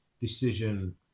decision